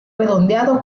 redondeado